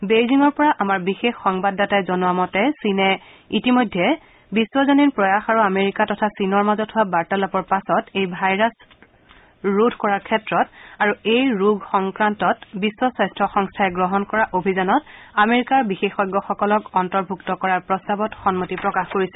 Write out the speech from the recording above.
বেইজিঙৰ পৰা আমাৰ বিশেষ সংবাদদাতাই জনাইছে যে চীনে ইতিমধ্যে বিশ্বজনীন প্ৰয়াস আৰু আমেৰিকা তথা চীনৰ মাজত হোৱা বাৰ্তালাপৰ পাছত এই ভাইৰাছ ৰোধ কৰাৰ ক্ষেত্ৰত আৰু এই ৰোগ সংক্ৰান্তত বিশ্ব স্বাস্থ্য সংস্থাই গ্ৰহণ কৰা অভিযানত আমেৰিকাৰ বিশেষজ্ঞসকলক অন্তৰ্ভূক্ত কৰাৰ প্ৰস্তাৱত সন্মতি প্ৰকাশ কৰিছে